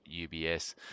UBS